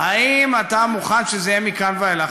האם אתה מוכן שזה יהיה מכאן ואילך?